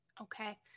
Okay